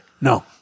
No